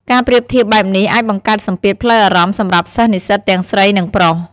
ការប្រៀបធៀបបែបនេះអាចបង្កើនសម្ពាធផ្លូវអារម្មណ៍សម្រាប់សិស្សនិស្សិតទាំងស្រី និងប្រុស។